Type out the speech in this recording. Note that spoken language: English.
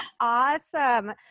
awesome